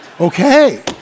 Okay